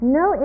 no